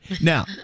Now